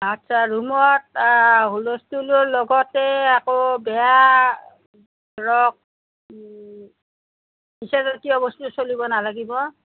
আচ্ছা ৰূমত হুলস্থূলৰ লগতে আকৌ বেয়া ধৰক নিচা জাতীয় বস্তু চলিব নালাগিব